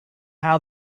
how